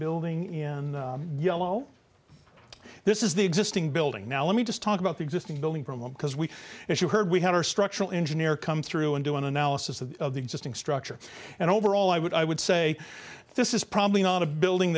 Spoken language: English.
building in yellow this is the existing building now let me just talk about the existing building promote because we as you heard we had our structural engineer come through and do an analysis of the existing structure and overall i would i would say this is probably not a building